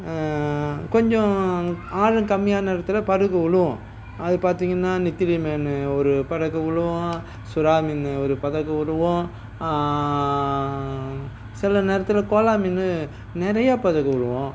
கொஞ்சம் ஆழம் கம்மியான இடத்துல படகு விழும் அது பார்த்தீங்கன்னா நெத்திலி மீன் ஒரு படகு விழும் சுறா மீன் ஒரு பக்கத்து விழுவும் சில நேரத்தில் கோலா மீன் நிறைய பதக்கு விடுவோம்